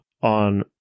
on